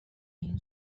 این